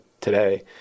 today